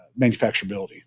manufacturability